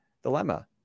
dilemma